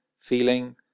feeling